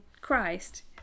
Christ